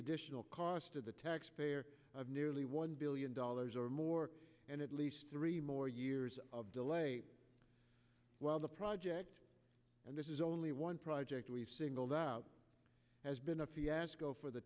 additional cost to the taxpayer of nearly one billion dollars or more and at least three more years of delay while the project and this is only one project we've singled out has been a fiasco for the